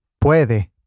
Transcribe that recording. ¿Puede